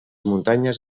muntanyes